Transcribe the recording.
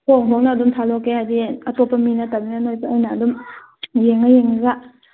ꯍꯣꯡ ꯍꯣꯡꯅ ꯑꯗꯨꯝ ꯊꯥꯗꯣꯛꯀꯦ ꯍꯥꯏꯗꯤ ꯑꯇꯣꯞꯄ ꯃꯤ ꯅꯠꯇꯕꯅꯤꯅ ꯅꯣꯏꯗ ꯑꯩꯅ ꯑꯗꯨꯝ ꯌꯦꯡꯉ ꯌꯦꯡꯉꯒ